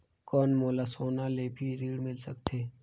कौन मोला सोना ले भी ऋण मिल सकथे?